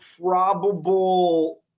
probable